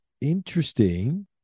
interesting